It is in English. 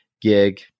gig